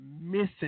missing